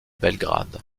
belgrade